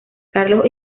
carlos